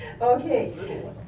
Okay